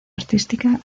artística